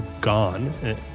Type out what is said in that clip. gone